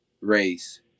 race